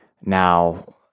Now